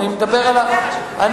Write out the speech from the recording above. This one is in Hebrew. גם היום זה קורה,